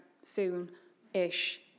soon-ish